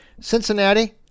Cincinnati